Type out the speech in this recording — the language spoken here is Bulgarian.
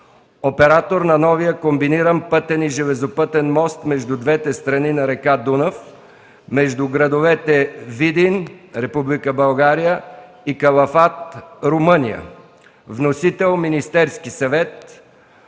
оператор на новия комбиниран, пътен и железопътен, мост между двете страни на река Дунав, между градовете Видин, Република България, и Калафат, Румъния. Вносител – Министерският съвет.